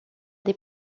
des